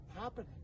happening